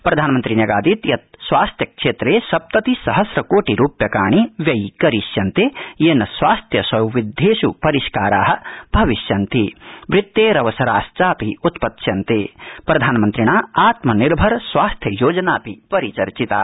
प्रधानमंत्री न्यगादीत् यत् स्वास्थ्य क्षद्विस्ति सहस्र कोटि रूप्यकाणि व्ययीकरिष्यन्त ििि स्वास्थ्य सौविध्यक्ष् परिष्कारा भविष्यन्ति वृत्तविसरा चापि उत्पत्स्यन्त प्रधानमन्त्रिणा आत्मनिर्भर स्वास्थ्य योजनापि परिचर्चिता